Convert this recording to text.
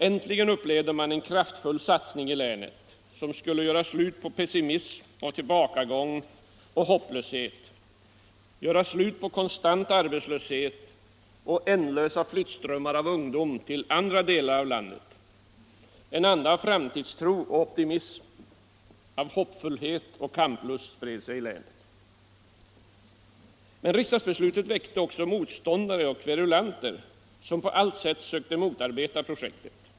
Äntligen upplevde man en kraftfull satsning i länet som skulle göra slut på pessimism, tillbakagång och hopplöshet, göra slut på konstant arbetslöshet och ändlösa flyttströmmar av ungdom till andra delar av landet. En anda av framtidstro och optimism, av hoppfullhet och kamplust spred sig i länet. Men riksdagsbeslutet väckte också motståndare och kverulanter, som på allt sätt sökte motarbeta projektet.